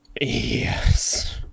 Yes